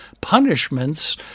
punishments